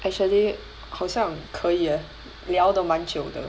actually 好像可以 eh 聊的蛮久的